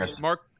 Mark